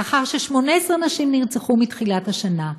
לאחר ש-18 נשים נרצחו מתחילת השנה,